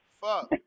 Fuck